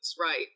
right